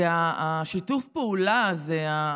שיתוף הפעולה הזה,